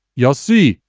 yossi,